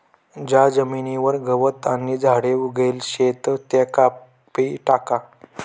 ज्या जमीनवर गवत आणि झाडे उगेल शेत त्या कापी टाका